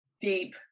deep